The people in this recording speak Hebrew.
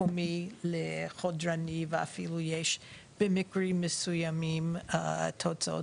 מקומית לחודרנית ואפילו יש במקרים מסוימים תוצאות